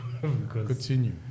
Continue